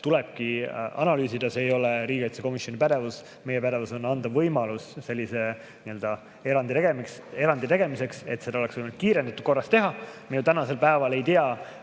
tulebki analüüsida. See ei ole riigikaitsekomisjoni pädevus, meie pädevuses on anda võimalus sellise erandi tegemiseks, et oleks võimalik seda kiirendatud korras teha. Me tänasel päeval ei tea,